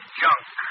junk